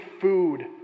food